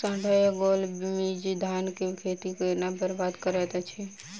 साढ़ा या गौल मीज धान केँ खेती कऽ केना बरबाद करैत अछि?